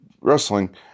wrestling